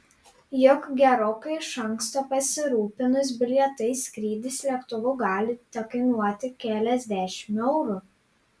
juk gerokai iš anksto pasirūpinus bilietais skrydis lėktuvu gali tekainuoti keliasdešimt eurų